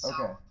Okay